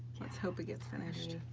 let's hope it gets finished.